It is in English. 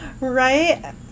right